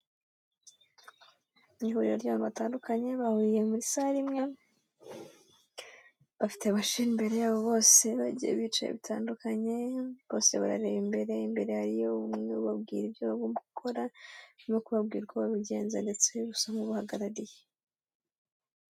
Ihuriro ry'abantu batandukanye bahuriye muri sare imwe. Bafite machines imbere yabo bose. Bagiye bica bitandukanye. Bose barareba imbere. Imbere hariyo umwe ubabwira ibyo bagomba gukora no kubabwira uko babigenza ndetse usa nk'ubahagarariye.